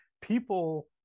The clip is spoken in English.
people